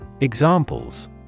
Examples